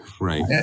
right